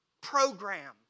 program